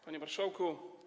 Panie Marszałku!